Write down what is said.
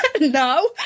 No